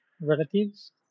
relatives